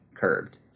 curved